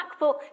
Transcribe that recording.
MacBook